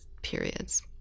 periods